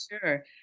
sure